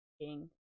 King